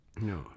No